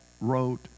wrote